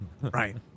Right